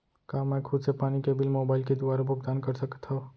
का मैं खुद से पानी के बिल मोबाईल के दुवारा भुगतान कर सकथव?